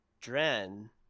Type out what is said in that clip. Dren